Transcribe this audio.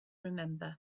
remember